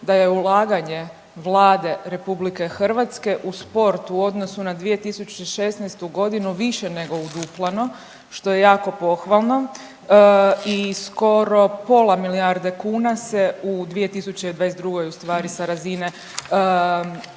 da je ulaganje Vlade Republike Hrvatske u sport u odnosu na 2016. godinu više nego uduplano što je jako pohvalno i skoro pola milijarde kuna se u 2022. u stvari sa razine države